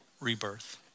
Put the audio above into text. rebirth